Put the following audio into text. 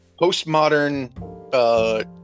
postmodern